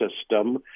system